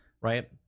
right